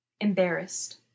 Embarrassed